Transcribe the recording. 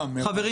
מה ההבדל?